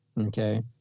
okay